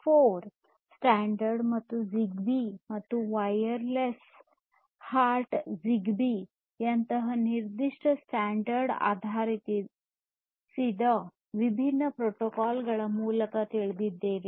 4 standard ಮತ್ತು Zigbee ಮತ್ತು wireless HART Zigbee ಯಂತಹ ನಿರ್ದಿಷ್ಟ ಸ್ಟ್ಯಾಂಡರ್ಡ್ ಆಧರಿಸಿದ ವಿಭಿನ್ನ ಪ್ರೋಟೋಕಾಲ್ಗಳ ಮೂಲಕ ತಿಳಿದಿದ್ದೇವೆ